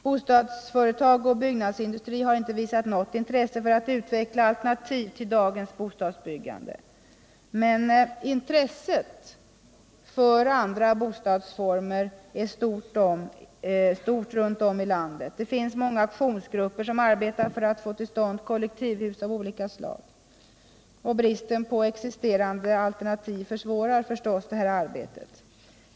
Bostadsföretag och byggnadsindustri har inte visat något intresse för att utveckla alternativ till dagens bostadsbyggande. Men intresset för andra boendeformer är stort runt om i landet. Det finns många aktionsgrupper som arbetar för att få till stånd kollektivhus av olika slag. Bristen på existerande alternativ försvårar förstås deras arbete.